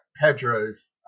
Pedro's